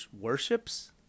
worships